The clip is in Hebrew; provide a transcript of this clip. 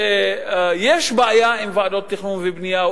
שיש בעיה עם ועדות תכנון ובנייה,